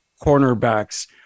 cornerbacks